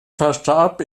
verstarb